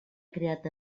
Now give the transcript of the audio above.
creat